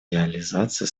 реализация